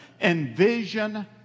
envision